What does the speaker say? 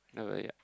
oh really ah